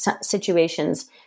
situations